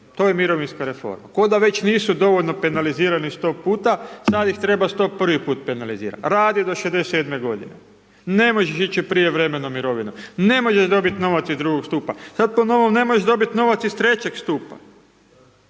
To je mirovinska reforma. Kao da već nisu dovoljno penalizirani sto puta, sad ih treba sto prvi put penalizirati. Radi do 67 godine, ne možeš ići u prijevremenu mirovinu, ne možeš dobiti novac iz II. stupa, sad po novom ne možeš dobiti novac iz III. stupa.